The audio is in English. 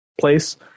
place